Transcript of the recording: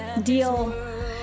deal